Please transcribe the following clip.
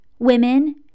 women